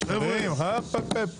עוד חצי שעה אנחנו